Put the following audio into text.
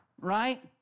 right